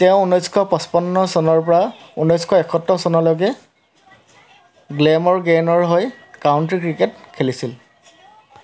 তেওঁ ঊনৈছশ পঁচপন্ন চনৰ পৰা ঊনৈছশ একসত্তৰ চনলৈকে গ্লেমৰৰ্গেনৰ হৈ কাউণ্টি ক্ৰিকেট খেলিছিল